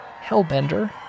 Hellbender